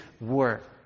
work